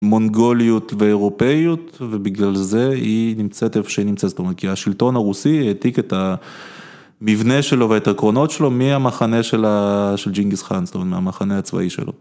מונגוליות ואירופאיות, ובגלל זה היא נמצאת איפה שהיא נמצאת, זאת אומרת, כי השלטון הרוסי העתיק את המבנה שלו ואת העקרונות שלו מהמחנה של ג'ינגיס חאן, זאת אומרת, מהמחנה הצבאי שלו.